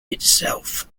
itself